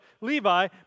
Levi